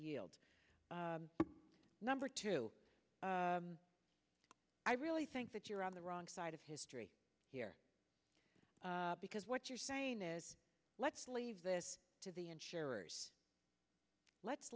yield number two i really think that you're on the wrong side of history here because what you're saying is let's leave this to the insurers let's